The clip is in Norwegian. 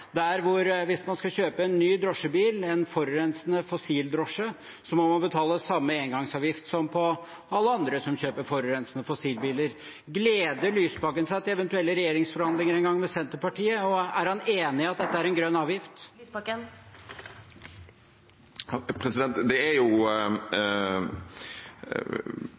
der man, hvis man skal kjøpe en ny drosjebil, en forurensende fossildrosje, må betale samme engangsavgift som alle andre som kjøper forurensende fossilbiler. Gleder Lysbakken seg til eventuelle regjeringsforhandlinger en gang med Senterpartiet, og er han enig i at dette er en grønn avgift? Hvis en skal gå inn i historien – og regjeringspartiene vil jo veldig gjerne det,